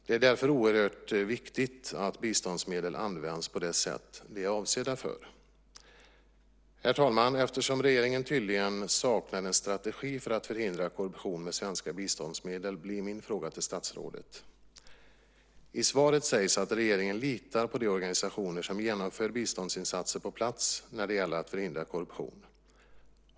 Det är därför oerhört viktigt att biståndsmedel används på det sätt som de är avsedda för. Herr talman! Eftersom regeringen tydligen saknar en strategi för att förhindra korruption med svenska biståndsmedel blir min fråga till statsrådet: I svaret sägs att regeringen litar på de organisationer som genomför biståndsinsatser på plats när det gäller att förhindra korruption.